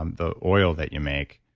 um the oil that you make.